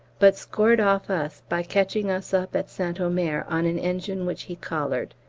but scored off us by catching us up at st omer on an engine which he collared.